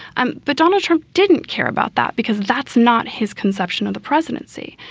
um but donald trump didn't care about that because that's not his conception of the presidency.